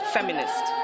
Feminist